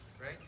right